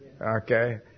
Okay